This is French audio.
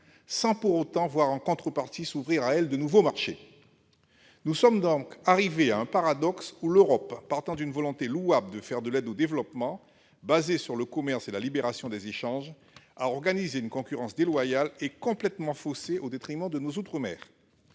sans pour autant voir en contrepartie s'ouvrir à elles de nouveaux marchés. Nous sommes donc arrivés à un paradoxe, dans lequel l'Europe, partant d'une volonté louable de faire de l'aide au développement fondée sur le commerce et la libération des échanges, a organisé une concurrence déloyale et complètement faussée au détriment de nos outre-mer.